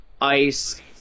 ice